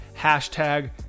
hashtag